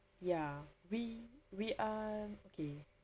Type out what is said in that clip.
ya we we are okay